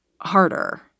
harder